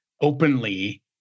openly